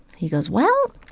he goes, well,